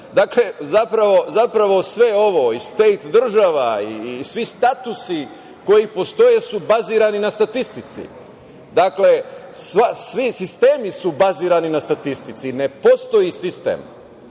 država. Zapravo sve ovo i „stejt“ – država i svi statusi koji postoje su bazirani na statistici. Dakle, svi sistemi su bazirani na statistici i ne postoji sistem